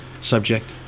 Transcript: subject